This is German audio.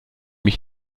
mich